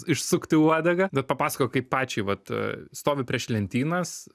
išsukti uodegą bet papasakok kaip pačiai vat stovi prieš lentynas